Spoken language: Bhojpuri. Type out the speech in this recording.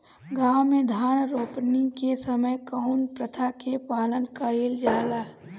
गाँव मे धान रोपनी के समय कउन प्रथा के पालन कइल जाला?